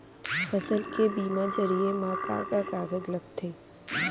फसल के बीमा जरिए मा का का कागज लगथे?